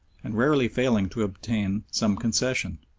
and rarely failing to obtain some concession.